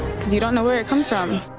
because you don't know where it comes from.